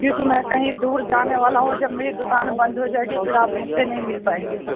کیونکہ میں کہیں دور جانے والا ہوں جب میری دکان بند ہو جائے گی پھر آپ مجھ سے نہیں مل پائیں گے